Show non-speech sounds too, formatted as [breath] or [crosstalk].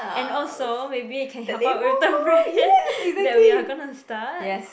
and also maybe I can help out with the brand [breath] that we are gonna start